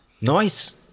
Nice